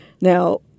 Now